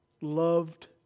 Loved